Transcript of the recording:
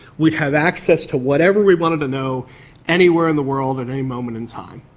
we'd have access to whatever we wanted to know anywhere in the world at any moment in time.